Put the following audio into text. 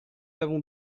avons